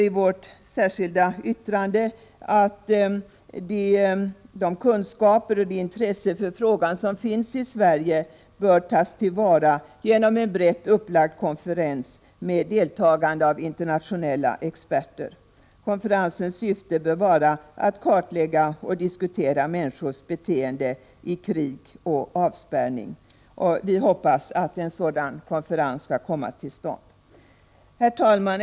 I vårt särskilda yttrande skriver vi att de kunskaper och det intresse som finns för frågan i Sverige bör tas till vara genom en brett upplagd konferens med deltagande av internationella experter. Konferensens syfte bör vara att kartlägga och diskutera människors beteende vid krig och avspärrning. Vi hoppas att en sådan konferens skall komma till stånd. Herr talman!